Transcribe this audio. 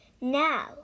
Now